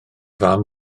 fam